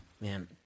Man